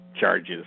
charges